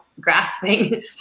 grasping